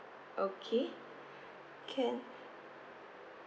okay can